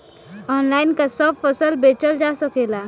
Online का सब फसल बेचल जा सकेला?